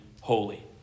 holy